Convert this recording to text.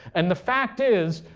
and the fact is,